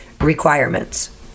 requirements